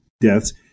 deaths